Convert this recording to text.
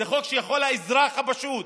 זה חוק שיכול האזרח הפשוט